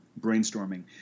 brainstorming